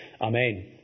Amen